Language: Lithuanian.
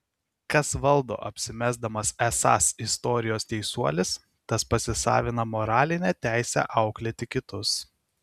kas valdo apsimesdamas esąs istorijos teisuolis tas pasisavina moralinę teisę auklėti kitus